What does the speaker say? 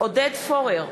עודד פורר,